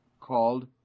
called